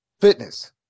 fitness